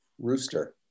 rooster